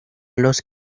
los